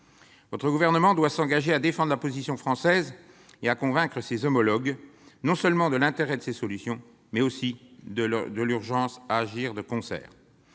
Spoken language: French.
votre gouvernement doit s'engager à défendre la position française et à convaincre ses homologues non seulement de l'intérêt de ces solutions, mais aussi de l'urgence à agir de concert.